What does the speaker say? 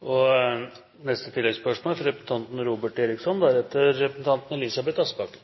Robert Eriksson – til oppfølgingsspørsmål.